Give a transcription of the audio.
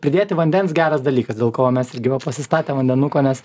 pridėti vandens geras dalykas dėl ko mes irgi va pasistatę vandenuko nes